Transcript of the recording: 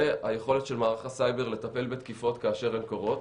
והיכולת של מערך הסייבר לטפל בתקיפות כאשר הן קורות.